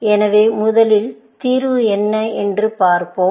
எனவே முதலில் தீர்வு என்ன என்று பார்ப்போம்